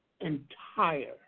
entire